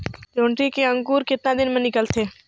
जोंदरी के अंकुर कतना दिन मां निकलथे?